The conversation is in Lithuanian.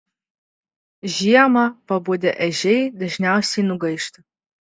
žiemą pabudę ežiai dažniausiai nugaišta